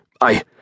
I-